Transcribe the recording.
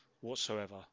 whatsoever